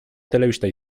telebista